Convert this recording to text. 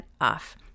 off